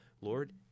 Lord